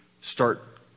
start